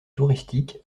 touristique